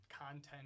content